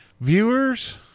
viewers